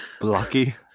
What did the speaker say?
Blocky